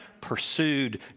pursued